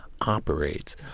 operates